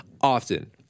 Often